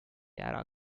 ära